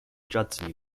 judson